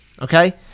Okay